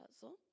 puzzle